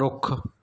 ਰੁੱਖ